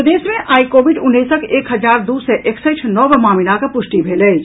प्रदेश मे आई कोविड उन्नैसक एक हजार दू सय एकसठि नव मामिलाक पुष्टि भेल अछि